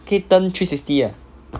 可以 turn three sixty 的